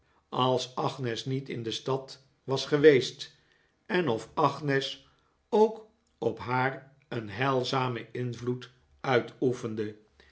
als agnes niet in de stad was geweest en of agnes ook op haar een heilzamen invloed uitoefende